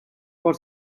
for